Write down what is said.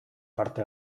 parte